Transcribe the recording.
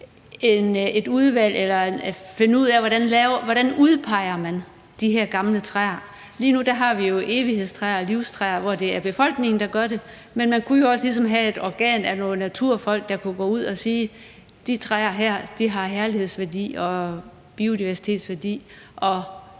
et udvalg eller finde ud af, hvordan man udpeger de her gamle træer. Lige nu har vi evighedstræer og livstræer, som det er befolkningen der udpeger, men man kunne jo også have et organ bestående af nogle naturfolk, der kunne gå ud at sige: De her træer har herlighedsværdi og værdi for